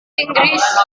inggris